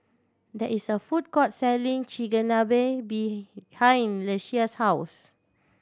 there is a food court selling Chigenabe behind Ieshia's house